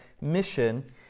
mission